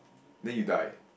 then you die